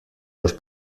los